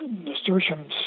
Nasturtiums